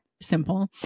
simple